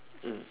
mm